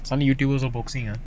something you do some boxing ah